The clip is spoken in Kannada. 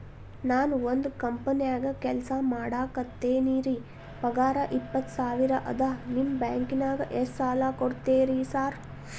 ನಾನ ಒಂದ್ ಕಂಪನ್ಯಾಗ ಕೆಲ್ಸ ಮಾಡಾಕತೇನಿರಿ ಪಗಾರ ಇಪ್ಪತ್ತ ಸಾವಿರ ಅದಾ ನಿಮ್ಮ ಬ್ಯಾಂಕಿನಾಗ ಎಷ್ಟ ಸಾಲ ಕೊಡ್ತೇರಿ ಸಾರ್?